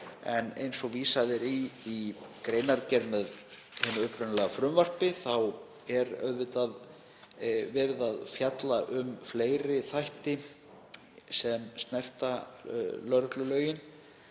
En eins og vísað er í í greinargerð með upprunalegu frumvarpi er auðvitað verið að fjalla um fleiri þætti sem snerta lögreglulögin